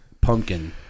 pumpkin